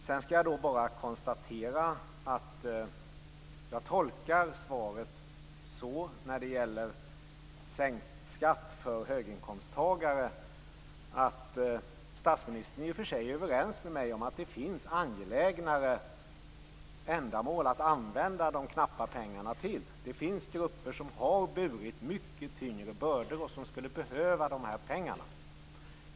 Sedan konstaterar jag bara att jag tolkar svaret så, när det gäller sänkt skatt för höginkomsttagare, att statsministern i och för sig är överens med mig om att det finns mer angelägna ändamål att använda de knappa pengarna till. Det finns grupper som har burit mycket tyngre bördor och som skulle behöva dessa pengar.